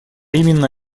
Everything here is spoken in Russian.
именно